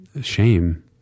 shame